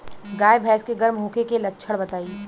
गाय भैंस के गर्म होखे के लक्षण बताई?